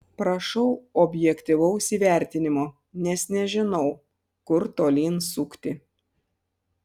prašau objektyvaus įvertinimo nes nežinau kur tolyn sukti